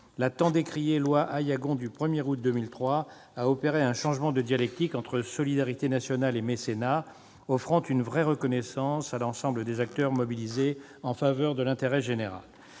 dite loi Aillagon, a opéré un changement de dialectique entre solidarité nationale et mécénat, offrant une vraie reconnaissance à l'ensemble des acteurs mobilisés en faveur de l'intérêt général.